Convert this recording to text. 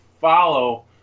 follow